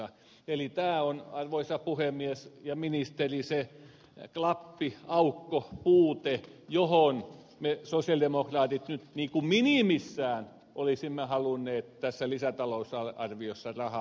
eli tämä on arvoisa puhemies ja ministeri se klappi aukko puute johon me sosialidemokraatit nyt minimissään olisimme halunneet tässä lisätalousarviossa rahaa